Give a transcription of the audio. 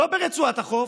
לא ברצועת החוף,